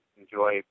enjoy